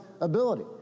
ability